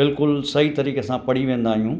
बिल्कुलु सही तरीक़े सां पढ़ी वेंदी आहियूं